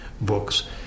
books